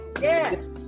Yes